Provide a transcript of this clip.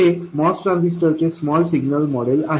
हे MOS transistor चे small signal model आहे